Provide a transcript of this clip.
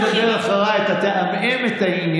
אם תדבר אחריי אתה תעמעם את העניין.